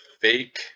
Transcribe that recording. fake